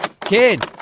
Kid